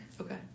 Okay